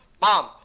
mom